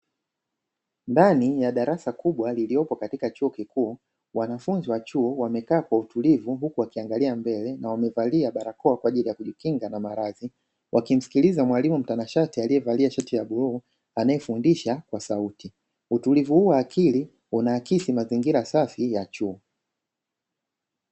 Ndani ya darasa kubwa liliopo katika chuo kikuu, wanafunzi wa chuo wamekaa kwa utulivu huku wakiangalia mbele na wamevalia barakoa kwa ajili ya kujikinga na maradhi. Wakimsikiliza mwalimu mtanashati aliyevalia shati ya bluu anayefundisha kwa sauti. Utulivu huu wa akili una akisi mazingira safi ya chuo.